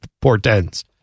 portends